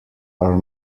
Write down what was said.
are